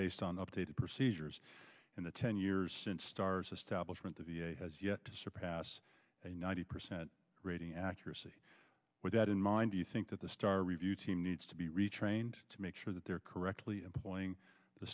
based on updated procedures in the ten years since starr's establishment the v a has yet to surpass a ninety percent rating accuracy with that in mind do you think that the star review team needs to be retrained to make sure that they're correctly employing the